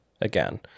again